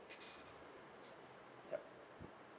yup